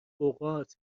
اوقات